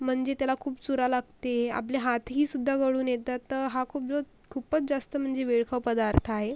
म्हणजे त्याला खूप चुरा लागतेय आपले हातही सुद्धा गळून येतात तर हा खूप दिवस खूपच जास्त म्हणजे वेळखाऊ पदार्थ आहे